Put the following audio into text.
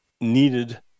needed